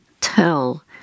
tell